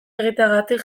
egiteagatik